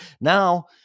now